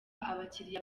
abakiliya